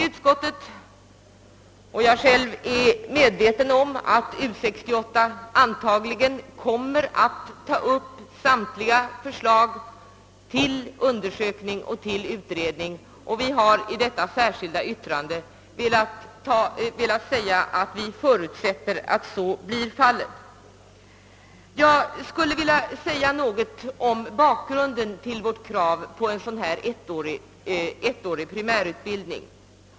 Utskottet och jag själv är medvetna om att U 68 antagligen kommer att ta upp samtliga förslag till undersökning och utredning, och vi har med detta särskilda yttrande velat klargöra att vi förutsätter att så blir fallet. Jag skulle vilja säga något om bakgrunden till vårt krav på en ettårig pri märutbildning.